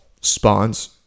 spawns